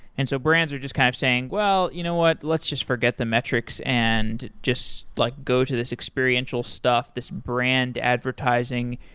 and so brands are just kind of saying, well, you know what? let's just forget the metrics and just like go to this experiential stuff, this brand advertising.